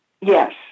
Yes